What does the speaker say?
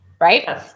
right